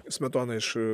smetona iš